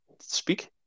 Speak